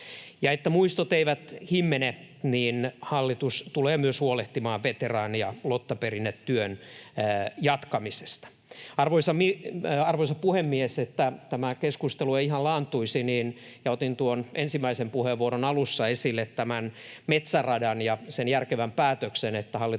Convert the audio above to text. Ja jotta muistot eivät himmene, niin hallitus tulee myös huolehtimaan veteraani- ja lottaperinnetyön jatkamisesta. Arvoisa puhemies! Jotta tämä keskustelu ei ihan laantuisi: Otin ensimmäisen puheenvuoroni alussa esille metsäradan ja sen järkevän päätöksen, että hallitus